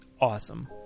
awesome